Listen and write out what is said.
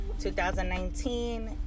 2019